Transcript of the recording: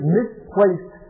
misplaced